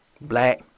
Black